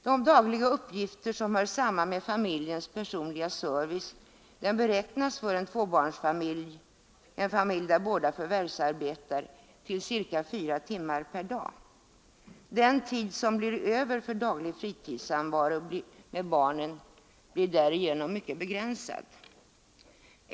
De dagliga uppgifter som hör samman med familjens personliga service beräknas för en tvåbarnsfamilj, där båda förvärvsarbetar, till ca 4 timmar per dag. Den tid som blir över för daglig fritidssamvaro med barnen är därigenom mycket begränsad.